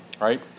right